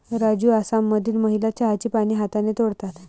राजू आसाममधील महिला चहाची पाने हाताने तोडतात